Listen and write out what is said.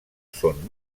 són